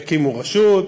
הקימו רשות,